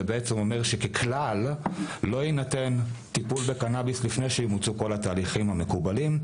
זה אומר שככלל לא יינתן טיפול בקנביס לפני שימוצו כל התהליכים המקובלים.